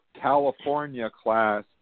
California-class